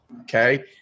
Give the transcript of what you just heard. Okay